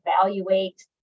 evaluate